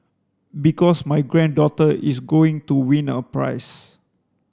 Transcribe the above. because my granddaughter is going to win a prize